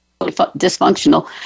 dysfunctional